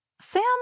Sam